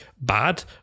bad